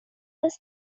was